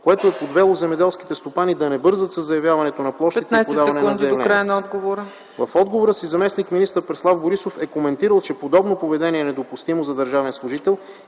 което е подвело земеделските стопани да не бързат със заявяването на площите и подаването на заявленията. В отговора си заместник-министър Преслав Борисов е коментирал, че подобно поведение е недопустимо за държавен служител